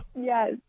Yes